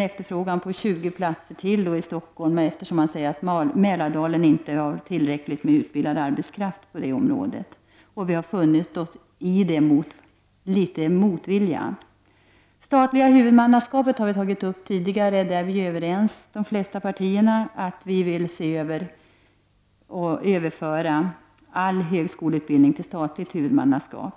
efterfrågat ytterligare 20 platser, och eftersom det sägs att Mälardalen inte har tillräckligt med utbildad arbetskraft på detta område, har vi — om än något motvilligt — funnit oss i det. När det gäller det statliga huvudmannaskapet är de flesta partier överens om att se över och överföra all högskoleutbildning till statligt huvudmannaskap.